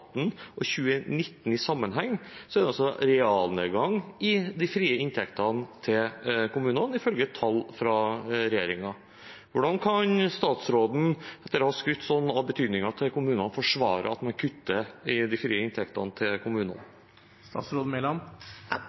og 2019 i sammenheng, er det en realnedgang i de frie inntektene til kommunene ifølge tall fra regjeringen. Hvordan kan statsråden etter å ha skrytt sånn av betydningen av kommunene forsvare at man kutter i de frie inntektene til kommunene?